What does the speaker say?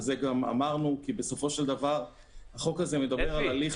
את זה גם אמרנו כי בסופו של דבר החוק הזה מדבר -- אפי,